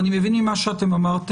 אני מבין ממה שאמרתם,